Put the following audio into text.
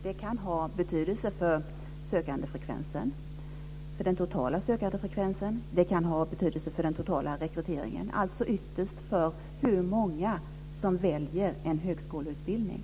Det kan ha betydelse för den totala sökandefrekvensen och den totala rekryteringen, alltså ytterst för hur många som väljer en högskoleutbildning.